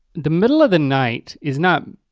the middle of the night is not.